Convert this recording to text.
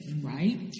right